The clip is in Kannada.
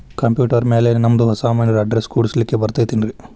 ಕಂಪ್ಯೂಟರ್ ಮ್ಯಾಲೆ ನಮ್ದು ಹೊಸಾ ಮನಿ ಅಡ್ರೆಸ್ ಕುಡ್ಸ್ಲಿಕ್ಕೆ ಬರತೈತ್ರಿ?